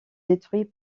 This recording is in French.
détruit